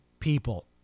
people